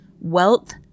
Wealth